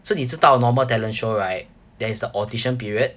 so 你知道 normal talent show right there is the audition period